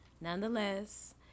nonetheless